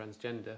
transgender